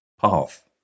path